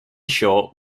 shore